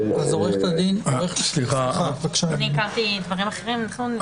אני הכרתי דברים אחרים.